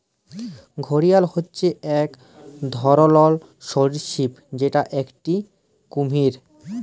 ঘড়িয়াল হচ্যে এক ধরলর সরীসৃপ যেটা একটি কুমির